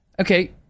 Okay